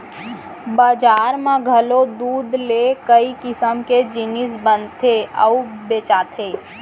बजार म घलौ दूद ले कई किसम के जिनिस बनथे अउ बेचाथे